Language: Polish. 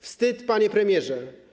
Wstyd, panie premierze.